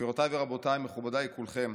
גבירותי ורבותיי, מכובדיי כולכם,